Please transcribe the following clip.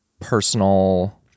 personal